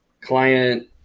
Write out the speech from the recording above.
client